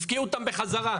הפקיעו אותם בחזרה.